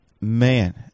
man